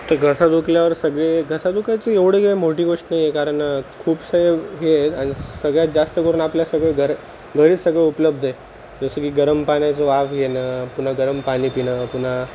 तर घसा दुखल्यावर सगळे घसा दुखायची एवढे काही मोठी गोष्ट नाही आहे कारण खूपसे हे आणि सगळ्यात जास्त करून आपल्या सगळे घर घरीच सगळं उपलब्ध आहे जसं की गरम पाण्याचं वाफ घेणं पुन्हा गरम पाणी पिणं पुन्हा